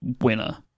winner